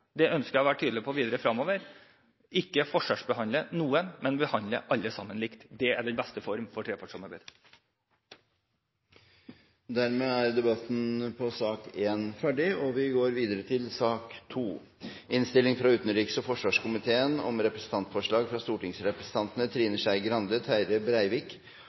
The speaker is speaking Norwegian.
det ønsker jeg å være tydelig på videre fremover – ikke forskjellsbehandle noen, men behandle alle sammen likt. Det er den beste form for trepartssamarbeid. Dermed er debatten i sak nr. 1 ferdig. Etter ønske fra utenriks- og forsvarskomiteen vil presidenten foreslå at taletiden blir begrenset til 5 minutter til hver partigruppe og